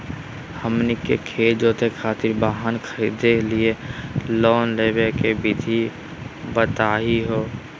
हमनी के खेत जोते खातीर वाहन खरीदे लिये लोन लेवे के विधि बताही हो?